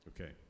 Okay